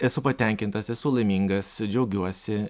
esu patenkintas esu laimingas džiaugiuosi